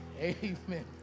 Amen